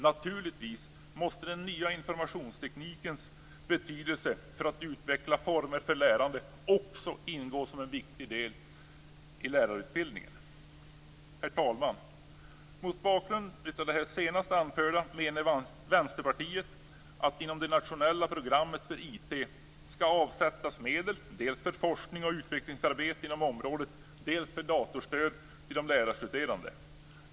Naturligtvis måste den nya informationsteknikens betydelse för att utveckla nya former för lärande också ingå som en viktig del i lärarutbildningen. Herr talman! Mot bakgrund av det senast anförda menar Vänsterpartiet att det inom det nationella programmet för IT skall avsättas medel dels för forskning och utvecklingsarbete inom området, dels för datorstöd åt lärarstuderande.